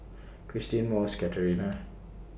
Cristine Mose Katerina